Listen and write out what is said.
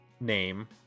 name